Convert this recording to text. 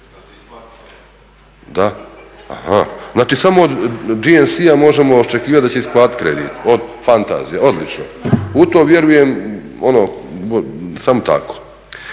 Da, aha. Znači samo od GNC-a možemo očekivat da će isplatit kredite. Fantazija, odlično. U to vjerujem samo tako.